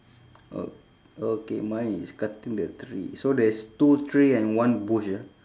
ok~ okay mine is cutting the tree so there's two tree and one bush ah